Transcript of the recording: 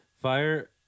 Fire